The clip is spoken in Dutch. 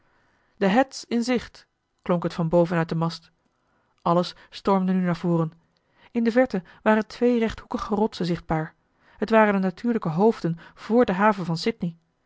heads in zicht klonk het van boven uit den mast alles stormde nu naar voren in de verte waren twee rechthoekige rotsen zichtbaar t waren de natuurlijke hoofden vr de haven van sydney